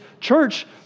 church